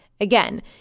Again